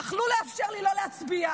יכלו לאפשר לי לא להצביע,